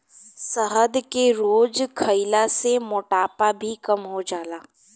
शहद के रोज खइला से मोटापा भी कम हो जाला